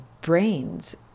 brains